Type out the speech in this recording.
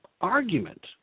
argument